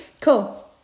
cool